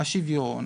השוויון,